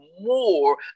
more